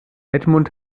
edmund